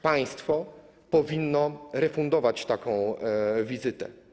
Państwo powinno refundować taką wizytę.